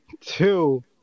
two